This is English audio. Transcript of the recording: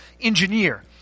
engineer